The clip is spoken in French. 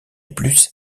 plus